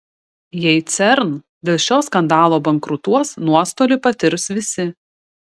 jei cern dėl šio skandalo bankrutuos nuostolį patirs visi